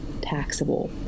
taxable